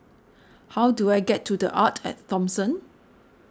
how do I get to the Arte at Thomson